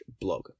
blog